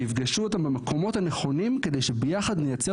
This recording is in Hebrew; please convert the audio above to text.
שיפגשו אותם במקומות הנכונים כדי שביחד נייצר